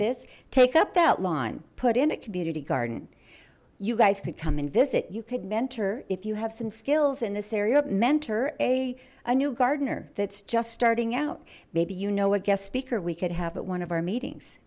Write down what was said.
this take up that lawn put in a community garden you guys could come and visit you could mentor if you have some skills in this area mentor a a new gardener that's just starting out maybe you know what guest speaker we could have at one of our meetings